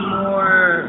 more